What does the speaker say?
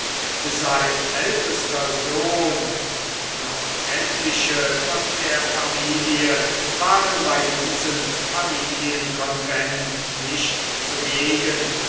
sein ältester sohn und noch etliche von der familie waren bei diesem familienconvent nicht zugegen